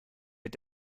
mit